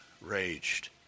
raged